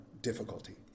difficulty